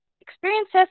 experiences